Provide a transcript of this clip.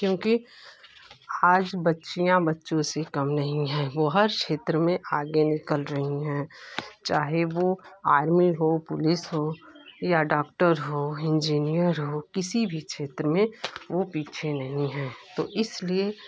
क्योंकि आज बच्चियाँ बच्चों से कम नहीं हैं वो हर क्षेत्र में आगे निकल रही हैं चाहे वो आर्मी हो पुलिस हो या डॉक्टर हो इंजीनियर किसी भी क्षेत्र में वो पीछे नहीं हैं तो इसलिए